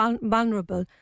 vulnerable